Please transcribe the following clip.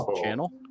channel